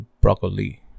broccoli